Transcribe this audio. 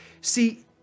See